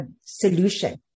solution